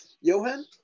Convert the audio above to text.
Johan